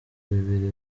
bibiri